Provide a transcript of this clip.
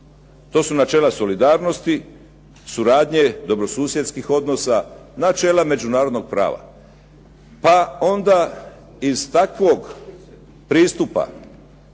To su načela solidarnosti, suradnje, dobrosusjedskih odnosa, načela međunarodnog prava, pa onda iz takvog pristupa